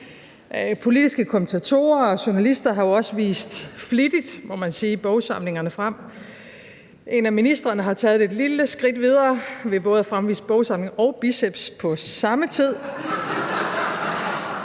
politiske kommentatorer og journalister har jo også flittigt – må man sige – vist bogsamlingerne frem. En af ministrene har taget et lille skridt videre ved både at fremvise en bogsamling og biceps på samme tid.